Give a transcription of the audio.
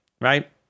right